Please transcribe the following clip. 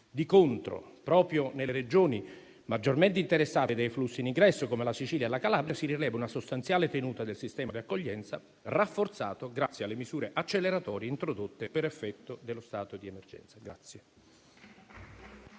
Di contro, proprio nelle Regioni maggiormente interessate dai flussi in ingresso come la Sicilia e la Calabria, si rivela una sostanziale tenuta del sistema di accoglienza rafforzato grazie alle misure acceleratorie introdotte per effetto dello stato di emergenza.